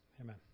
Amen